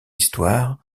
histoire